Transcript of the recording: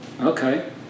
Okay